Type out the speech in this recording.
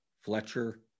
Fletcher